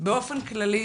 באופן כללי,